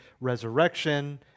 resurrection